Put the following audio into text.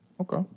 Okay